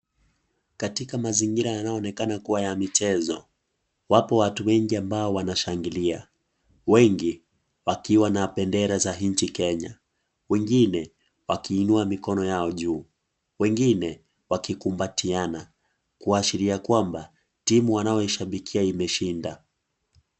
Katika mazingira yanayoonekana kuwa ya michezo, wapo watu wengi ambao wanashangilia, wengi wakiwa na bendera za nchi Kenya, wengine wakiinua mikono yao juu, wengine wakikumbatiana kuashiria kwamba timu wanayoishabikia imeshinda.